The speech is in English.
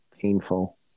painful